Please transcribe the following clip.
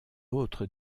autre